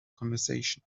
conversation